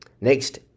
Next